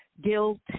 Guilt